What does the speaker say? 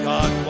God